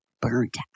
burnt